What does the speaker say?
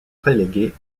relégués